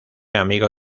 amigo